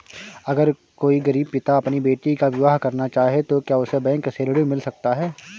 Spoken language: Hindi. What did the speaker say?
अगर कोई गरीब पिता अपनी बेटी का विवाह करना चाहे तो क्या उसे बैंक से ऋण मिल सकता है?